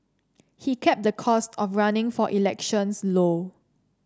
he kept the cost of running for elections low